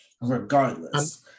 regardless